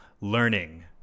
learning